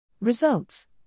Results